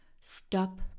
Stop